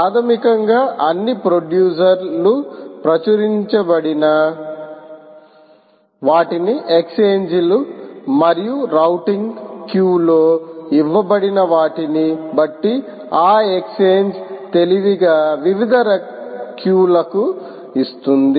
ప్రాథమికంగా అన్ని ప్రొడ్యూసర్ లు ప్రచురించబడిన వాటికి ఎక్స్ఛేంజీలు మరియు రౌటింగ్ Q లో ఇవ్వబడిన వాటిని బట్టి ఆ ఎక్స్ఛేంజ్ తెలివిగా వివిధ క్యూలకు ఇస్తుంది